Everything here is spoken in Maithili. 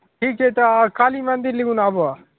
ठीक छै तऽ आर काली मन्दिर लिगुन आबह